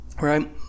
right